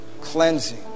cleansing